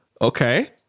Okay